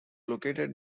located